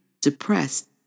depressed